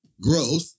growth